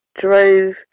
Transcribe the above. drove